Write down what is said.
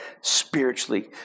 spiritually